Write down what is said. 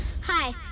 Hi